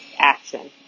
Action